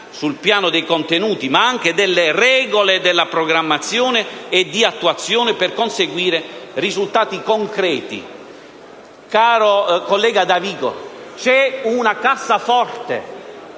sul piano dei contenuti e delle regole della programmazione e di attuazione, per conseguire risultati concreti. Caro collega Davico, c'è una cassaforte,